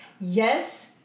Yes